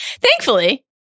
Thankfully